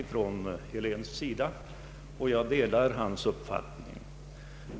Jag delar hans uppfattning.